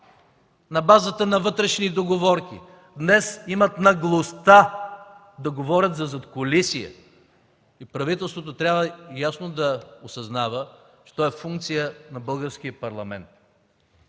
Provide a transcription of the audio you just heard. на базата на вътрешни договорки, днес имат наглостта да говорят за задкулисие! И правителството трябва ясно да осъзнава що е функция на Българския парламент